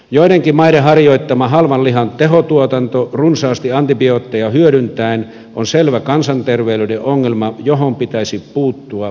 joidenkin maiden harjoittama halvan lihan tehotuotanto runsaasti antibiootteja hyödyntäen on selvä kansanterveydellinen ongelma johon pitäisi puuttua eu tasolla